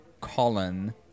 Colin